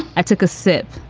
i took a sip.